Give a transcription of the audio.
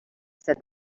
said